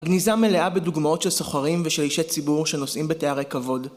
הגניזה מלאה בדוגמאות של סוחרים ושל אישי ציבור שנושאים בתארי כבוד